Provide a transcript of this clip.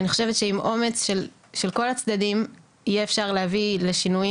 ואני חושבת שעם אומץ של כל הצדדים יהיה אפשר להביא לשינויים